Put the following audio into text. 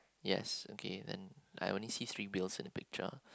yes okay then I only see three bills in the picture